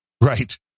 Right